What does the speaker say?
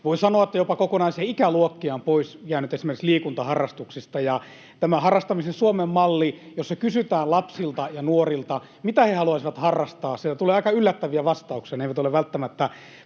Voi sanoa, että jopa kokonaisia ikäluokkia on jäänyt pois esimerkiksi liikuntaharrastuksista. Ja kun on tämä harrastamisen Suomen malli, jossa kysytään lapsilta ja nuorilta, mitä he haluaisivat harrastaa, niin sieltä tulee aika yllättäviä vastauksia. Ne eivät ole välttämättä